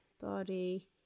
body